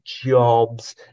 jobs